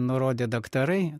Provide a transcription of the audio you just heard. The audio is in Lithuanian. nurodė daktarai